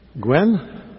Gwen